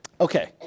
Okay